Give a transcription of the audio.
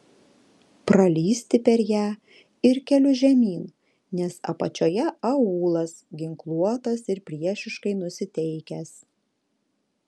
pralįsti per ją ir keliu žemyn nes apačioje aūlas ginkluotas ir priešiškai nusiteikęs